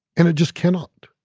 and it just cannot